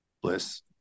Bliss